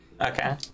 Okay